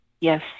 Yes